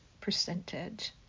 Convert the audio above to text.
percentage